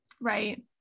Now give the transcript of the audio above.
Right